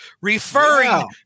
referring